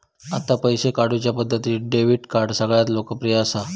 आता पैशे काढुच्या पद्धतींत डेबीट कार्ड सगळ्यांत लोकप्रिय असा